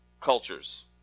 cultures